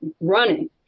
running